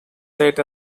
set